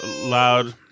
loud